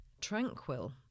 tranquil